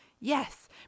yes